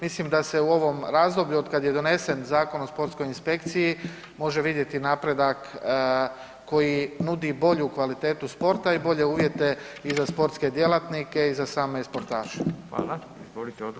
Mislim da se u ovom razdoblju od kad je donesen Zakon o sportskoj inspekciji može vidjeti napredak koji nudi bolju kvalitetu sporta i bolje uvjete i za sportske djelatnike i za same sportaše.